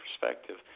perspective